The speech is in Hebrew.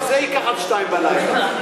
רק זה ייקח עד שתיים בלילה.